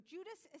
Judas